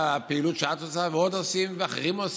על הפעילות שאת עושה ועוד עושים אחרים.